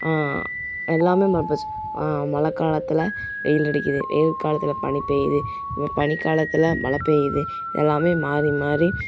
எல்லாம் மாறிப்போச்சி மழைக்காலத்துல வெயிலடிக்குது வெயில் காலத்தில் பனி பெய்யுது பனிக்காலத்தில் மழை பெய்யுது இதெல்லாம் மாறிமாறி